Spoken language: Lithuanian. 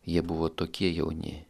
jie buvo tokie jauni